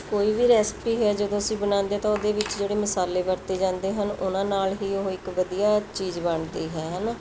ਕੋਈ ਵੀ ਰੈਸਪੀ ਹੈ ਜਦੋਂ ਅਸੀਂ ਬਣਾਉਂਦੇ ਤਾਂ ਉਹਦੇ ਵਿੱਚ ਜਿਹੜੇ ਮਸਾਲੇ ਵਰਤੇ ਜਾਂਦੇ ਹਨ ਉਹਨਾਂ ਨਾਲ ਹੀ ਉਹ ਇੱਕ ਵਧੀਆ ਚੀਜ਼ ਬਣਦੀ ਹੈ ਹੈ ਨਾ